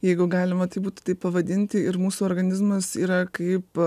jeigu galima tai būtų taip pavadinti ir mūsų organizmas yra kaip